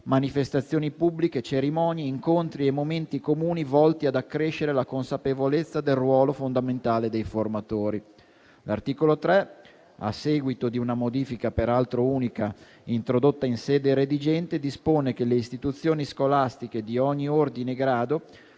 manifestazioni pubbliche, cerimonie, incontri e momenti comuni volti ad accrescere la consapevolezza del ruolo fondamentale dei formatori. L'articolo 3, a seguito di una modifica, peraltro unica, introdotta in sede redigente, dispone che le istituzioni scolastiche, di ogni ordine e grado,